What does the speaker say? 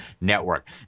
network